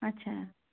আচ্ছা